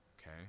Okay